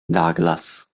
douglas